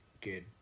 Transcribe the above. good